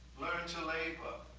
learn to labor